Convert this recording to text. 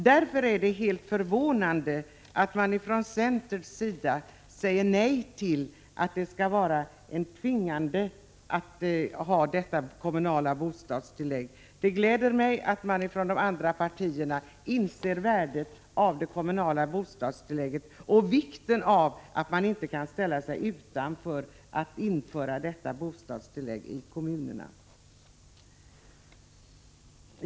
Därför är det förvånande att man från centerns sida säger nej till att ha ett tvingande kommunalt bostadstillägg. Det gläder mig att man ifrån de andra partierna inser värdet av det kommunala bostadstillägget och vikten av att kommunerna inte skall kunna avstå från att utge bostadstillägg.